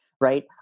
right